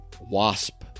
wasp